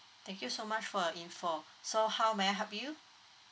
thank you so much for your info so how may I help you